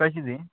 कशी दी